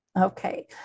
Okay